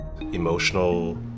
Emotional